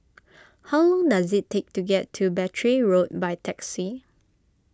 how long does it take to get to Battery Road by taxi